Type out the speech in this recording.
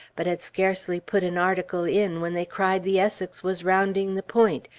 but had scarcely put an article in when they cried the essex was rounding the point,